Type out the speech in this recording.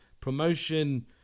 promotion